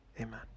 Amen